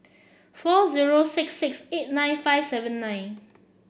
four zero six six eight nine five seven nine